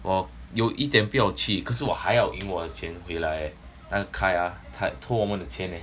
我有一点不要去可是我还要赢我的钱回来那个 kyle ah 头我们的钱 leh